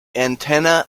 antenna